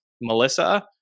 Melissa